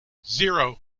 zero